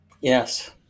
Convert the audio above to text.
Yes